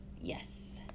Yes